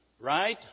right